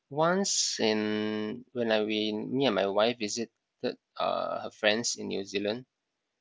once in when I we me and my wife visited uh her friends in New Zealand